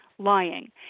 Lying